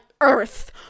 earth